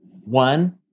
one